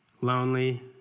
Lonely